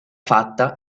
fatta